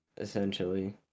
essentially